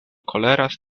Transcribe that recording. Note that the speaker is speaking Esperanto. koleras